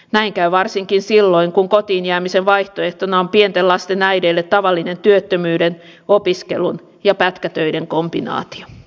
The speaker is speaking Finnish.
näin käy varsinkin silloin kun kotiin jäämisen vaihtoehtona on pienten lasten äideille tavallinen työttömyyden opiskelun ja pätkätöiden kombinaatio